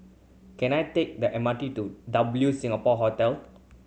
can I take the M R T to W Singapore Hotel